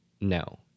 no